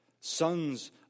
sons